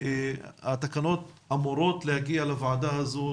והתקנות אמורות להגיע לוועדה הזו,